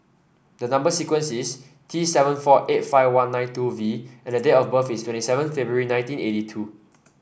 number sequence is T seven four eight five one nine two V and date of birth is twenty seven February nineteen eighty two